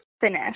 finish